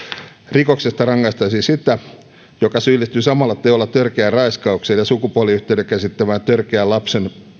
rikoksesta rangaistaisiin sitä joka syyllistyy samalla teolla törkeään raiskaukseen ja sukupuoliyhteyden käsittävään törkeään lapsen